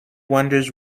wonders